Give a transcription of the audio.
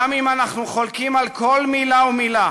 גם אם אנחנו חולקים על כל מילה ומילה